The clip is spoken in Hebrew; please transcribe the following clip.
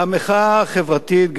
המחאה החברתית,